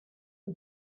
the